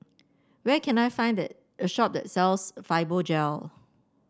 where can I find the a shop that sells Fibogel